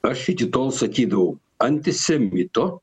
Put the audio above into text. aš iki tol sakydavau antisemito